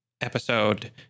episode